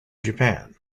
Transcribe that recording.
japan